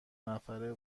نفره